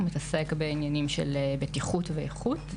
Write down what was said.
אלא בעניינים של בטיחות ואיכות.